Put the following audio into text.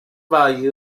value